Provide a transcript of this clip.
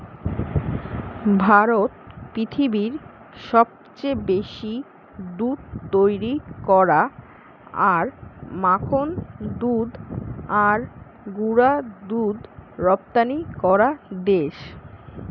ভারত পৃথিবীর সবচেয়ে বেশি দুধ তৈরী করা আর মাখন দুধ আর গুঁড়া দুধ রপ্তানি করা দেশ